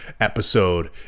episode